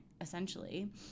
essentially